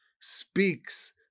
speaks